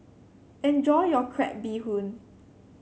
enjoy your Crab Bee Hoon